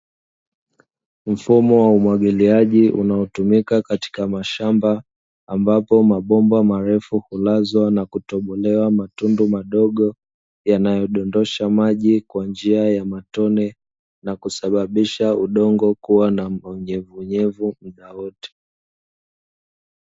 Mfumo wa umwagiliaji unaotumika katika mashamba, ambapo mabomba marefu hulazwa na kutobolewa matundu madogo, yanayodondosha maji kwa njia ya matone na kusababisha udongo kuwa na unyevunyevu muda wote.